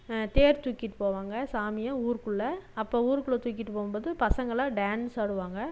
தேர் தூக்கிகிட்டு போவாங்க சாமியை ஊர்க்குள்ளே அப்போ ஊர்க்குள்ளே தூக்கிகிட்டு போகும்போது பசங்களாம் டான்ஸ் ஆடுவாங்க